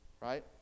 right